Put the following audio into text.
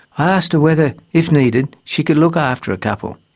i asked her whether, if needed, she could look after a couple.